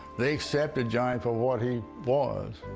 they accepted johnny for what he was,